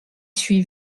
suis